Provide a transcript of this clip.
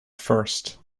first